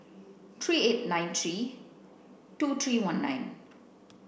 three eight nine three two three one nine